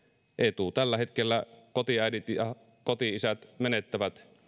etu tällä hetkellä kotiäidit ja koti isät menettävät